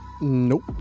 Nope